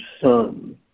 Son